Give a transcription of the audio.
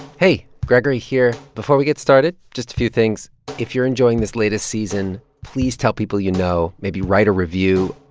hey, gregory here. before we get started, just a few things if you're enjoying this latest season, please tell people you know. maybe write a review.